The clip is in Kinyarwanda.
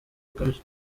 bukabije